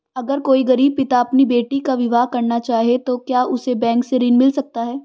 अगर कोई गरीब पिता अपनी बेटी का विवाह करना चाहे तो क्या उसे बैंक से ऋण मिल सकता है?